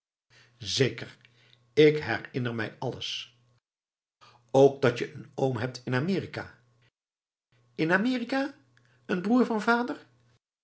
zeker ik herinner mij alles ook dat je een oom hebt in amerika in amerika een broer van vader